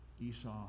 Esau